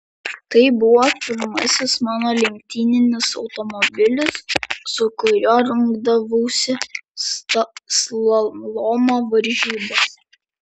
tai buvo pirmasis mano lenktyninis automobilis su kuriuo rungdavausi slalomo varžybose